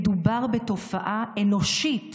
מדובר בתופעה אנושית